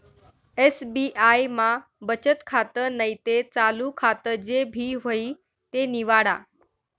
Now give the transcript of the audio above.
SBI मा बचत खातं नैते चालू खातं जे भी व्हयी ते निवाडा